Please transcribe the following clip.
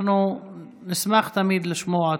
אנחנו נשמח תמיד לשמוע אותך,